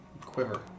quiver